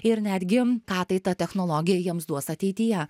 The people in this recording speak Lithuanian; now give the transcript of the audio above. ir netgi ką tai ta technologija jiems duos ateityje